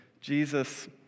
Jesus